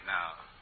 now